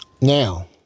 Now